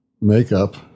makeup